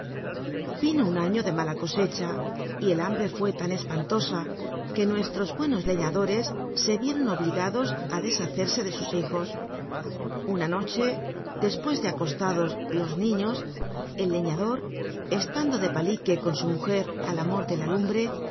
vino un alio de mala cosecha el hambtc fuú lan espanlosa que nuc lros buenos lciiadorcs se rieron obligado ú deshacerse de sns hijos cna noche despues de acoslados los niilos el lcliador cslantlo de palique con su mujer al amor de la lumbre